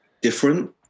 different